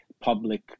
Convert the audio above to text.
public